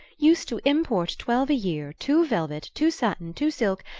used to import twelve a year, two velvet, two satin, two silk,